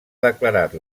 declarat